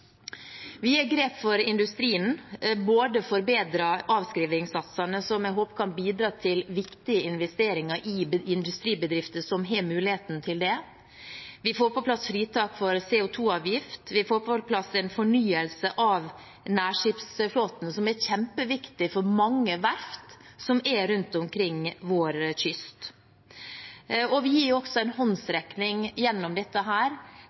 Vi gjør grep for industrien. Vi har de forbedrede avskrivingssatsene som jeg håper kan bidra til viktige investeringer i industribedrifter som har muligheten til det. Vi får på plass fritak for CO2-avgift, vi får på plass en fornyelse av nærskipsflåten som er kjempeviktig for mange verft rundt omkring på vår kyst. Vi gir også en